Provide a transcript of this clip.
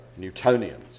Newtonians